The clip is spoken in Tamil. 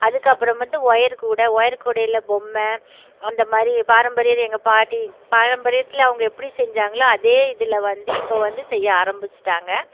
அதுக்கப்புறம் வந்து ஒயர் கூட ஒயர் கூடையில் பொம்மை அந்தமாதிரி பாரம்பரிய எங்கள் பாட்டி பாரம்பரியத்தில் அவங்க எப்படி செஞ்சாங்களோ அதே இதில் வந்து இப்போ வந்து செய்ய ஆரம்பிச்சுட்டாங்கள்